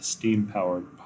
Steam-Powered